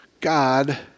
God